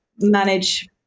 manage